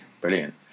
Brilliant